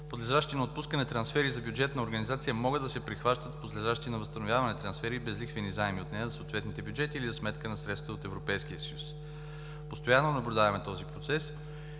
подлежащи на отпускане трансфери за бюджетна организация могат да се прихващат подлежащи на възстановяване трансфери и безлихвени заеми от нея за съответните бюджети или за сметка на средства от Европейския съюз. Постоянно наблюдаваме този процес.